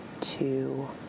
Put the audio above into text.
Two